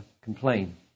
complain